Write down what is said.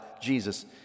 Jesus